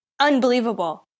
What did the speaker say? unbelievable